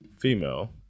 female